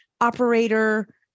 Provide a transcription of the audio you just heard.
operator